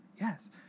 Yes